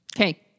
Okay